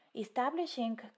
Establishing